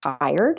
tired